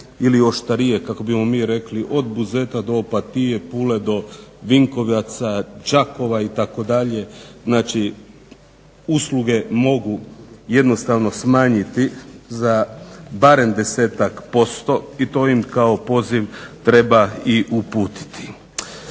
ili oštarije kako bismo mi rekli od Buzeta do Opatije, Pule, do Vinkovaca, Đakova itd., znači usluge mogu jednostavno smanjiti za barem 10-tak posto i to im kao poziv treba i uputiti.